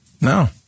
No